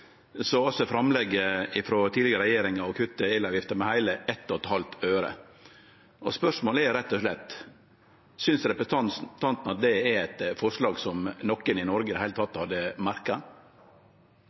framlegget frå den tidlegare regjeringa å kutte elavgifta med heile 1,5 øre. Spørsmålet er rett og slett: Trur representanten det er eit forslag som nokon i Noreg